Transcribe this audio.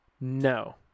no